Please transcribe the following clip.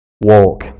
walk